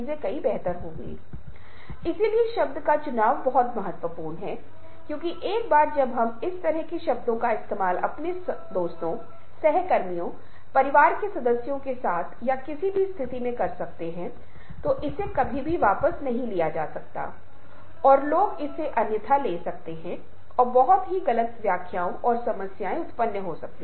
तो तनाव प्रबंधन एक अन्य क्षेत्र है जो परिवर्तन कोप्रबंधित करने की सहिष्णुता की क्षमता में परिवर्तन के क्षेत्र से जुड़ा हुआ है क्योंकि आप देखते हैं कि तनाव एक ऐसी चीज है जो फिर से हमारे रोजमर्रा के जीवन का एक हिस्सा है जो परिवर्तन के कारण बहुत हद तक उत्पन्न होता है संघर्षों के करण उत्पन्न होता है